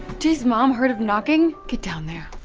jeez, mom, heard of knocking? get down there.